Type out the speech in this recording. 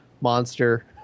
monster